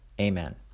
Amen